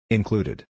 Included